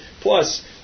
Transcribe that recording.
Plus